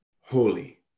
holy